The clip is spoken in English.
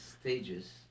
stages